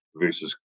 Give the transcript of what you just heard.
versus